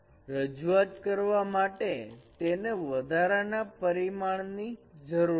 રજૂઆત કરવા માટે તેને વધારાના પરિમાણ ની જરૂર છે